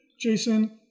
Jason